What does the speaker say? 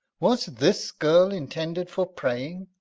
was this girl intended for praying!